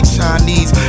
Chinese